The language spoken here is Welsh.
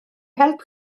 help